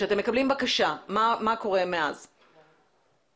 מה קורה מאז שאתם מקבלים בקשה?